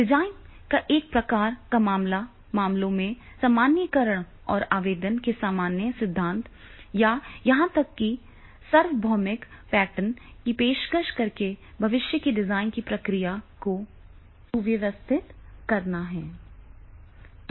design का एक प्रकार का मामला मामलों के सामान्यीकरण और आवेदन के सामान्य सिद्धांत या यहां तक कि सार्वभौमिक पैटर्न की पेशकश करके भविष्य की डिजाइन की प्रक्रिया को सुव्यवस्थित करना है